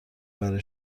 برای